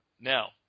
Now